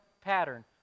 pattern